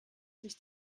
sich